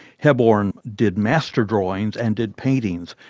hebborn did master drawings and did paintings,